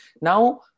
Now